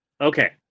Okay